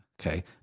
okay